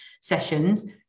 sessions